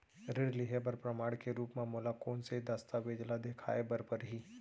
ऋण लिहे बर प्रमाण के रूप मा मोला कोन से दस्तावेज ला देखाय बर परही?